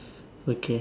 okay